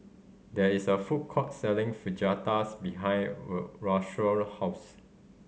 there is a food court selling Fajitas behind Rashawn house